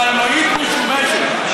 קלנועית משומשת.